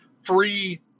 free